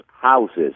houses